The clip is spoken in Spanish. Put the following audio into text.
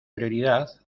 prioridad